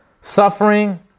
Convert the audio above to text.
suffering